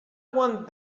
want